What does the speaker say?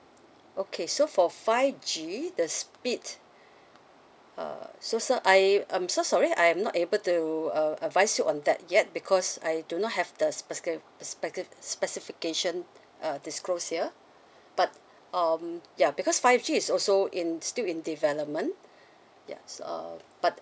okay so for five G the speed uh so sir I I'm so sorry I'm not able to uh advise you on that yet because I do not have the specica~ speca~ specification uh disclosed here but um ya because five G is also in still in development ya so but